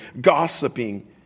gossiping